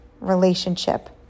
relationship